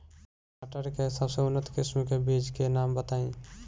टमाटर के सबसे उन्नत किस्म के बिज के नाम बताई?